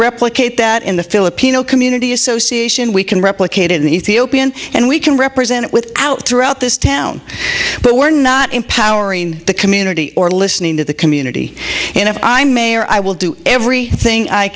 replicate that in the filipino community association we can replicate in the ethiopian and we can represent it with out throughout this town but we're not empowering the community or listening to the community and if i'm mayor i will do everything i